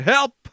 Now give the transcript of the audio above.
Help